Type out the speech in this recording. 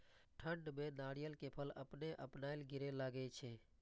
ठंड में नारियल के फल अपने अपनायल गिरे लगए छे?